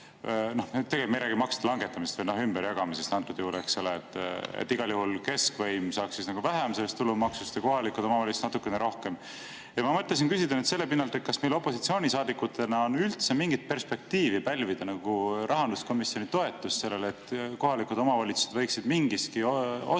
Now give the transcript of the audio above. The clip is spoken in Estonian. Tegelikult me ei räägi maksude langetamisest, vaid ümberjagamisest antud juhul, eks ole. Igal juhul keskvõim saaks siis vähem sellest tulumaksust ja kohalikud omavalitsused natukene rohkem. Ma mõtlesin küsida selle pinnalt, kas meil opositsioonisaadikutena on üldse mingit perspektiivi pälvida rahanduskomisjoni toetust sellele, et kohalikud omavalitsused võiksid saada